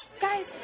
Guys